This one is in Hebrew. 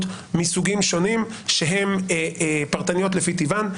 מסוגים שונים שהם פרטניות לפי טבען,